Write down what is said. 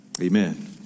Amen